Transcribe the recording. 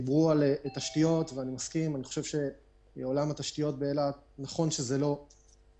דיברו על תשתיות אני מסכים בטווח הארוך עולם התשתיות באילת זה הדבר